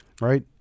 right